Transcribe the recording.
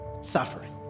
suffering